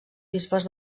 bisbes